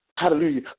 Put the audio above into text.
Hallelujah